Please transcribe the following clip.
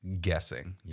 guessing